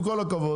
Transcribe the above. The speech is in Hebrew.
עם כל הכבוד,